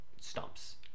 stumps